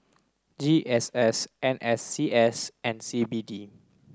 G S S N S C S and C B D